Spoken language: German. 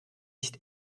nicht